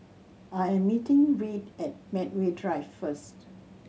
I am meeting Reed at Medway Drive first